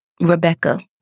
Rebecca